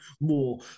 more